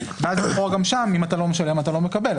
ואז זה קורה גם שם, אם אתה לא משלם, אתה לא מקבל.